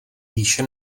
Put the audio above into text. výše